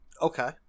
Okay